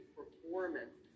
performance